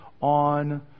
on